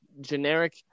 generic